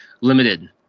limited